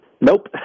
Nope